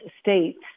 states